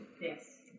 Yes